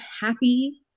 happy